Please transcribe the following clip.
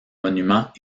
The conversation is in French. monuments